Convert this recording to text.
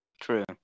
True